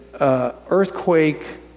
earthquake